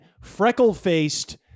freckle-faced